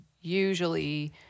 usually